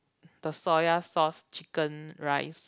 the soya sauce chicken rice